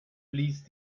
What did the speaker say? blies